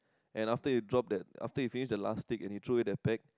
and after you drop that after he finish the last stick and he threw away the pack